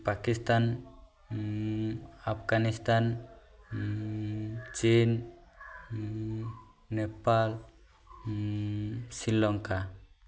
ପାକିସ୍ତାନ ଆଫଗାନିସ୍ତାନ ଚୀନ୍ ନେପାଳ ଶ୍ରୀଲଙ୍କା